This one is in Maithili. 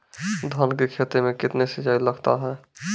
धान की खेती मे कितने सिंचाई लगता है?